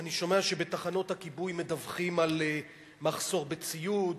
אני שומע שבתחנות הכיבוי מדווחים על מחסור בציוד,